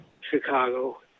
Chicago